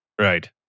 Right